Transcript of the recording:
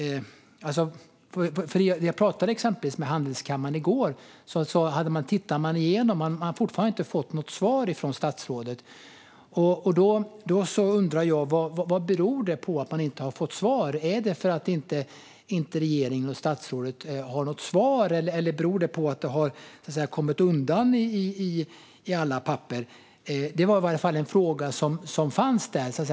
Jag pratade exempelvis med handelskammaren i går. Man hade fortfarande inte fått något svar från statsrådet. Då undrar jag: Vad beror det på att man inte har fått svar? Är det för att regeringen och statsrådet inte har något svar, eller beror det på att det har kommit bort bland alla papper? Det var i alla fall en fråga som fanns där.